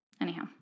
Anyhow